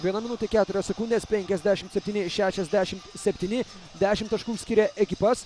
viena minutė keturios sekundės penkiasdešim septyni šešiasdešim septyni dešimt taškų skiria ekipas